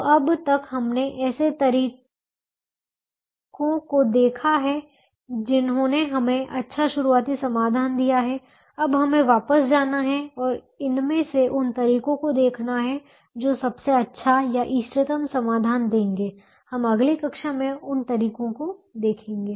तो अब तक हमने ऐसे तरीकों को देखा है जिन्होंने हमें अच्छा शुरुआती समाधान दिया है अब हमें वापस जाना है और इनमें से उन तरीकों को देखना है जो सबसे अच्छा या इष्टतम समाधान देंगे हम अगली कक्षा में उन तरीकों को देखेंगे